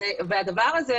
הדבר הזה,